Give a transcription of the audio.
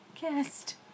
guest